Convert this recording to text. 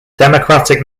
democratic